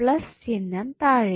plus ചിഹ്നം താഴെയും